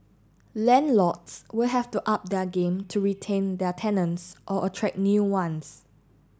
landlords will have to up their game to retain their tenants or attract new ones